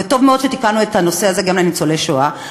וטוב מאוד שתיקנו את הנושא הזה לניצולי השואה,